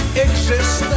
exist